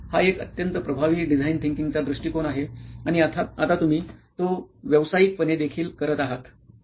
हा एक अत्यंत प्रभावी डिझाईन थिंकिंगचा दृष्टिकोन आहे आणि आता तुम्ही तो व्यावसायिक पणे देखील करत आहात